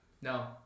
No